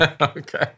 Okay